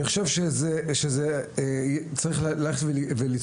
אני חושב שזה צריך לגדול.